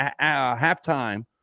halftime